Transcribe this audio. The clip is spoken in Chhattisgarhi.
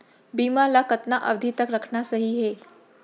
बीमा ल कतना अवधि तक रखना सही हे?